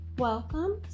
Welcome